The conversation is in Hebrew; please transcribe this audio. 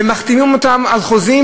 והם מחתימים אותן על חוזים,